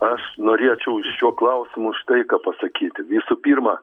aš norėčiau šiuo klausimu štai ką pasakyti visų pirma